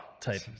type